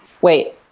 Wait